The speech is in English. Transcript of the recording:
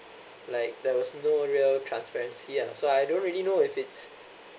like there was no real transparency ah so I don't really know if it's